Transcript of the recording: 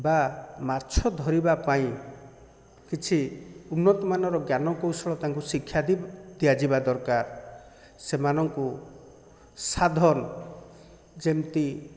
ବା ମାଛ ଧରିବା ପାଇଁ କିଛି ଉନ୍ନତମାନର ଜ୍ଞାନ କୌଶଳ ତାଙ୍କୁ ଶିକ୍ଷା ଦିଆଯିବା ଦରକାର ସେମାନଙ୍କୁ ସାଧନ ଯେମିତି